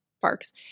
parks